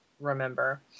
remember